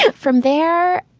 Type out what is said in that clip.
ah from there.